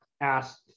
asked